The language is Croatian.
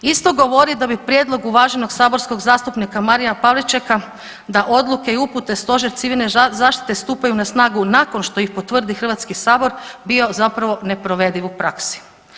Isto govori da bi prijedlog uvaženog saborskog zastupnika Marija Pavličeka da odluke i upute stožer civilne zaštite stupaju na snagu nakon što ih potvrdi HS bio zapravo neprovediv u praksi.